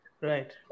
right